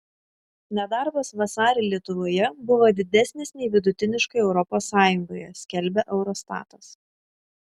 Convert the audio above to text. nedarbas vasarį lietuvoje buvo didesnis nei vidutiniškai europos sąjungoje skelbia eurostatas